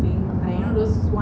(uh huh)